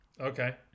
Okay